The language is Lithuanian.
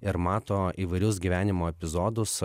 ir mato įvairius gyvenimo epizodus